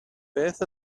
beth